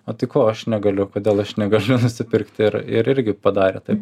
o tai ko aš negaliu kodėl aš negaliu nusipirkt ir ir irgi padarė taip